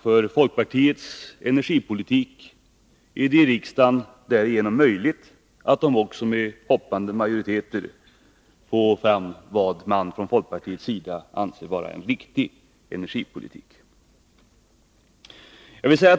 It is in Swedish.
För folkpartiet är det därigenom möjligt att, i riksdagen om också med hoppande majoriteter, få igenom den energipolitik man från folkpartiets sida anser riktig.